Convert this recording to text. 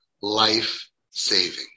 life-saving